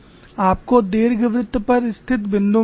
आपको दीर्घवृत्त पर स्थित बिंदु मिलेंगे